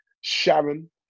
Sharon